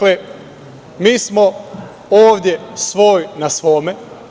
Mi smo ovde svoj na svome.